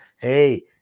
hey